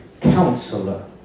Counselor